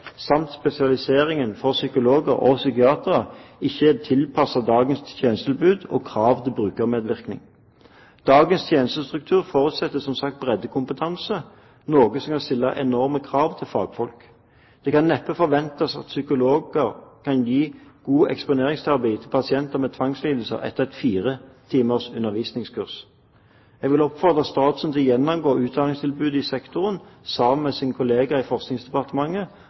samt spesialiseringen for psykologer og psykiatere ikke er tilpasset dagens tjenestetilbud og krav til brukermedvirkning. Dagens tjenestestruktur forutsetter som sagt breddekompetanse, noe som kan stille enorme krav til fagfolk. Det kan neppe forventes at psykologer kan gi god eksponeringsterapi til pasienter med tvangslidelser etter et firetimers undervisningskurs. Jeg vil oppfordre statsråden til å gjennomgå utdanningstilbudet i sektoren sammen med sin kollega i Forskningsdepartementet,